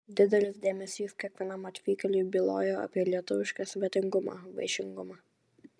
didelis dėmesys kiekvienam atvykėliui bylojo apie lietuvišką svetingumą vaišingumą